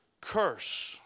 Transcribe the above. curse